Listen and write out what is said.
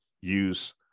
use